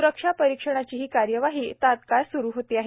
स्रक्षा परिक्षणाची कार्यवाही तात्काळ स्रु होतआहे